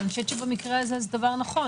אבל אני חושבת שבמקרה הזה זה דבר נכון.